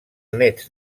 néts